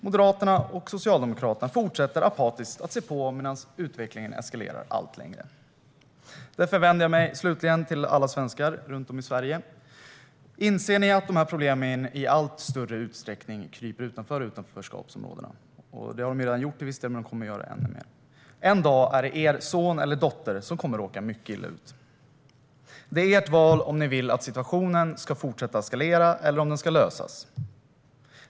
Moderaterna och Socialdemokraterna fortsätter apatiskt att se på medan utvecklingen eskalerar alltmer. Därför vänder jag mig slutligen till alla svenskar runt om i Sverige: Inser ni att dessa problem i allt större utsträckning kryper utanför utanförskapsområdena? Det har de redan gjort till viss del, men de kommer att göra det ännu mer. En dag är det er son eller dotter som kommer att råka mycket illa ut. Det är ert val om ni vill att situationen ska fortsätta att eskalera eller om den ska lösas.